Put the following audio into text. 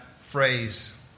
phrase